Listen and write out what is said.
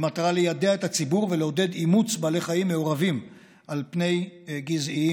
במטרה ליידע את הציבור ולעודד אימוץ בעלי חיים מעורבים על פני גזעיים,